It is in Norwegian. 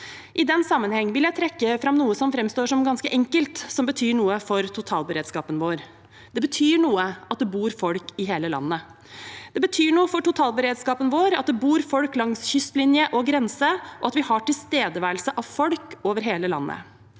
I den sammenheng vil jeg trekke fram noe som framstår som ganske enkelt, som betyr noe for totalberedskapen vår. Det betyr noe at det bor folk i hele landet. Det betyr noe for totalberedskapen vår at det bor folk langs kystlinje og grense, og at vi har tilstedeværelse av folk over hele landet.